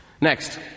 next